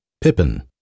Pippin